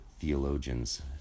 theologians